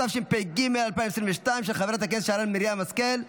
התשפ"ג 2022, של חברת הכנסת שרן מרים השכל,